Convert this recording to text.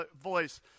voice